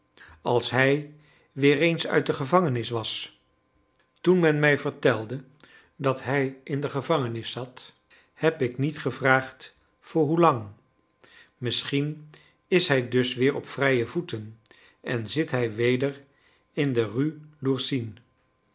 als hij weer eens uit de gevangenis was toen men mij vertelde dat hij in de gevangenis zat heb ik niet gevraagd voor hoelang misschien is hij dus weer op vrije voeten en zit hij weder in de rue